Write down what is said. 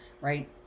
right